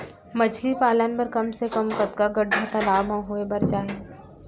मछली पालन बर कम से कम कतका गड्डा तालाब म होये बर चाही?